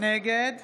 נגד